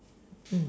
mm